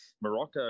Morocco